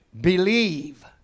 believe